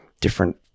different